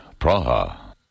Praha